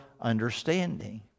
understanding